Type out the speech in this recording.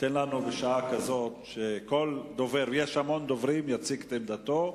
תן לנו בשעה כזאת שכל דובר יציג את עמדתו,